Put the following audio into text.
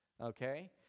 Okay